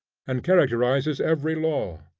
and characterizes every law.